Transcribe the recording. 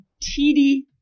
td